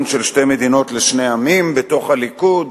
של שתי מדינות לשני עמים בתוך הליכוד.